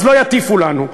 אז לא יטיפו לנו.